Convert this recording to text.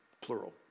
plural